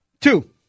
Two